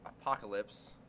Apocalypse